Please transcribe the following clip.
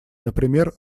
например